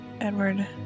Edward